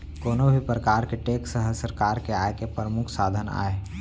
कोनो भी परकार के टेक्स ह सरकार के आय के परमुख साधन आय